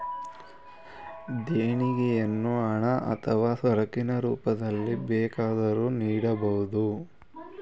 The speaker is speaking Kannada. ದೇಣಿಗೆಯನ್ನು ಹಣ ಅಥವಾ ಸರಕಿನ ರೂಪದಲ್ಲಿ ಬೇಕಾದರೂ ನೀಡಬೋದು